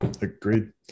Agreed